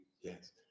yes